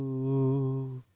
oop!